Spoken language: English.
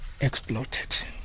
exploited